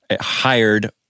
hired